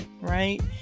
right